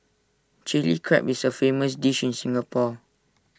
Chilli Crab is A famous dish in Singapore